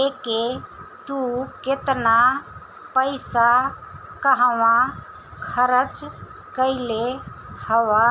एके तू केतना पईसा कहंवा खरच कईले हवअ